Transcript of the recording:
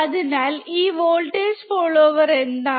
അതിനാൽ ഈ voltage follower എന്താണ്